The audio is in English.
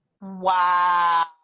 Wow